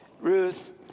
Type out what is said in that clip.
Ruth